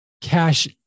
cash